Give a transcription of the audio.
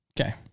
Okay